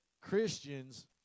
Christians